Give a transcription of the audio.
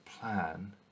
plan